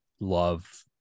love